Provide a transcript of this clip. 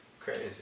crazy